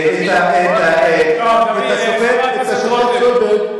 חבר הכנסת רותם,